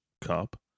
cup